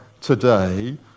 today